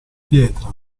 pietra